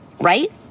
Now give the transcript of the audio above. Right